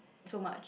so much